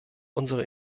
unserer